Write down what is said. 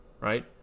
right